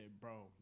Bro